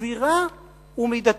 סבירה ומידתית,